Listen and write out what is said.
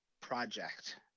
project